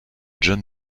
john